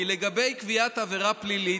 כי לגבי קביעת עבירה פלילית,